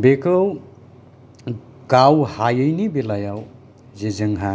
बेखौ गाव हायैनि बेलायाव जे जोंहा